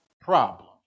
problem